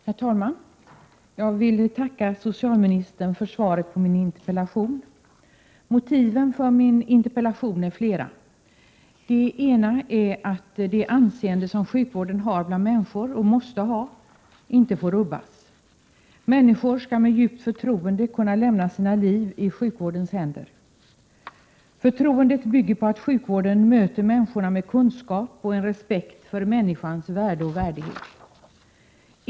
Herr talman! Jag vill tacka socialministern för svaret på min interpellation. Motiven för min interpellation är flera. Ett motiv är att det anseende som sjukvården har bland människor, och måste ha, inte får rubbas. Människor skall med djupt förtroende kunna lämna sina liv i sjukvårdens händer. Förtroendet bygger på att sjukvården möter människorna med kunskap och med respekt för människans värde och värdighet.